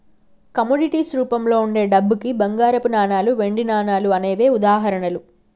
commodities రూపంలో వుండే డబ్బుకి బంగారపు నాణాలు, వెండి నాణాలు అనేవే ఉదాహరణలు